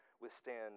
withstand